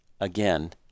Again